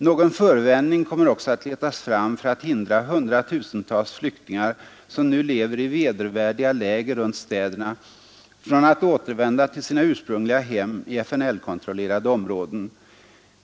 Någon förevändning kommer också att letas fram för att hindra hundratusentals s.k. flyktingar, som nu lever i vedervärdiga läger runt städerna, från att återvända till sina ursprungliga hem i FNL-kontrollerade områden.